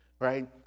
right